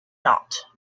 not